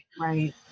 Right